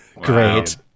Great